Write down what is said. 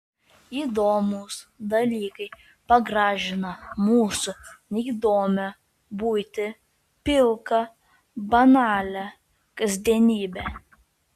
įdomūs dalykai pagražina mūsų neįdomią buitį pilką banalią kasdienybę